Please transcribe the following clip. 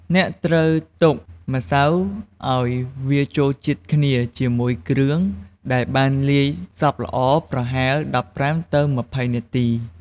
អ្នកត្រូវទុកម្សៅឱ្យវាចូលជាតិគ្នាជាមួយគ្រឿងដែលបានលាយសព្វល្អប្រហែល ១៥ ទៅ ២០ នាទី។